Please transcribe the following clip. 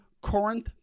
corinth